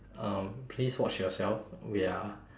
um please watch yourself we are